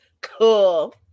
Cool